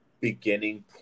beginning